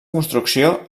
construcció